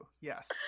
Yes